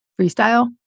freestyle